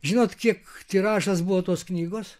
žinot kiek tiražas buvo tos knygos